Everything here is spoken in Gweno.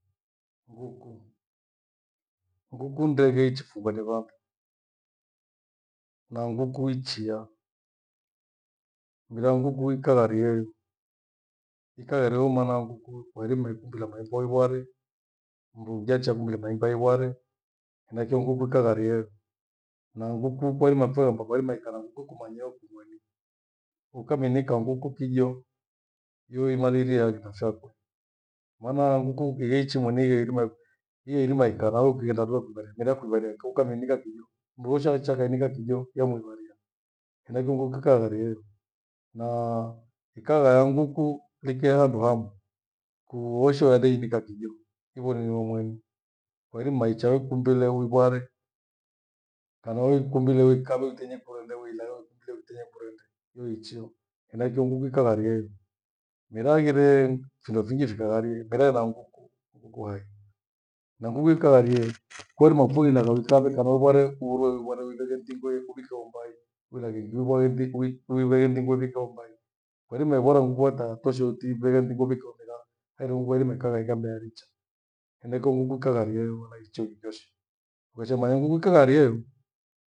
Nguku, nghuku ndeghe ichiphungwa ni vandu, na nguku ichiya. Mira nghuku ikagharie, ikagharieyo maana nguku wairima ikumbi la maemba iware, mndu ngechaguliwa maemba iware na icho nguku ikagharie. Na nguku kwairima fuya amba kwairima ikaa na nguku ikumanyieo kimayie, ukamiinika nguku kijo imaliliee yaghenda vyakwe. Maana nguku ingeichi mweni irima, ieirima ikadhaughenda duo mira igherichi kijo mndu wowoshe necha endamwika kijo yamwiivaria. Henaicho ghuku ikagharieyo na ikaghaa ya nguku ikehandu hamwi. Mndu wowoshe endamwika kijo ivoni niwemwani. Kwairima icha uikumbile uivyare, kana uikumbile uikabe uitenye kurende uilayo uleitenye kurende yoiichiyo. Mera hicho nguku ikagharieyo mera hangire findo fingi fikagharie mera hena nguku na nguku hai. Na nguku ikagharie, kwairimia fughenda kawi kavi kana kware uhuru uhuruwana mzingo uvikovi umbai uilaghe ingi iikveghe mzingo uivike imbai kwairima ilaghatoshe utuvyeghe nzingo mera nguku, yairima ikagha ighame yarichyo henaicho nguku ikagharieyo